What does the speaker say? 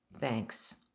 Thanks